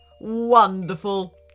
Wonderful